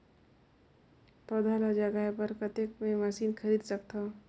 पौधा ल जगाय बर कतेक मे मशीन खरीद सकथव?